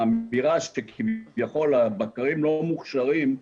לאמירה שכביכול הבקרים לא מוכשרים,